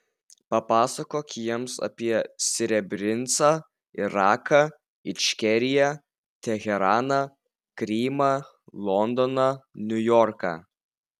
papasakok jiems apie srebrenicą iraką ičkeriją teheraną krymą londoną niujorką